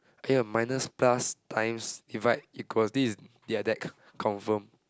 okay ah minus plus times divide equals this is their deck confirm